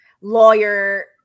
lawyer